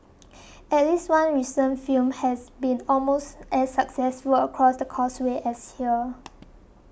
at least one recent film has been almost as successful across the Causeway as here